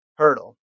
hurdle